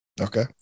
Okay